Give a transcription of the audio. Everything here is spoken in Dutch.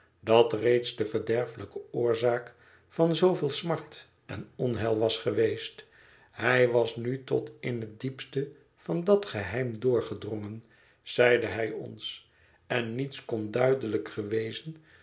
dat reeds de verderfelijke oorzaak van zooveel smart en onheil was geweest hij was nu tot in het diepste van dat geheim doorgedrongen zeide hij ons en niets kon duidelijker wezen